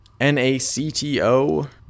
NACTO